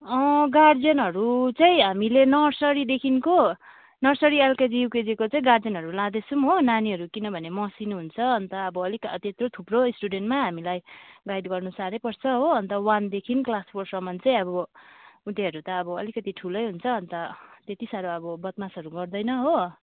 गार्जेनहरू चाहिँ हामीले नर्सरी देखिको नर्सरी एलकेजी युकेजीको चाहिँ गार्जेनहरू लादैछौँ हो नानीहरू किनभने मसिनो हुन्छ अन्त अब अलिक त्यत्रो थुप्रो स्टुडेन्टमा हामीलाई गाइड गर्नु साह्रै पर्छ हो अन्त वानदेखि क्लास फोरसम्म चाहिँँ अब उत्योहरू त अब अलिकति ठुलै हुन्छ अन्त त्यति साह्रो अब बदमासहरू गर्दैन हो